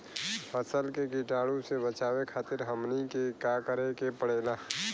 फसल के कीटाणु से बचावे खातिर हमनी के का करे के पड़ेला?